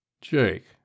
Jake